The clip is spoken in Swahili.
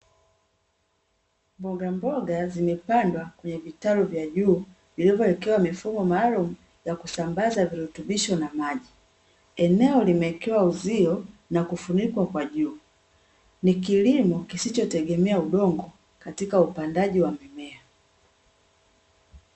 Mbogamboga zimepandwa kwenye vitaluu vya juu vilivyowekewa mifumo maalumu ya kusambaza virutubisho na maji. Eneo limewekewa uzio na kufunikwa kwa juu. Ni kilimo kisichotegemea udongo katika upandaji wa mimea.